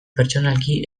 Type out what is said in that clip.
pertsonalki